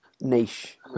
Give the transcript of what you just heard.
niche